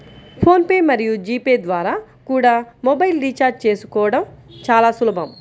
phone pay మరియు G pay ద్వారా కూడా మొబైల్ రీఛార్జి చేసుకోవడం చాలా సులభం